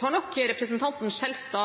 tar nok representanten Skjelstad